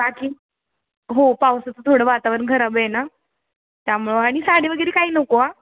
बाकी हो पावसाचं थोडं वातावरण खराब आहे ना त्यामुळं आणि साडी वगैरे काही नको आ